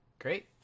Great